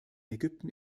ägypten